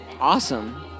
Awesome